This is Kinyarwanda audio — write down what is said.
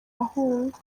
ahunga